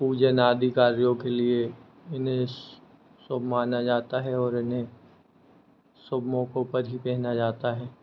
पूजन आदि कार्यों के लिए इन्हे सुभ माना जाता है और इन्हें सुभ मौकों पर ही पहना जाता है